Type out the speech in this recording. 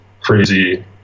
crazy